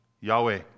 Yahweh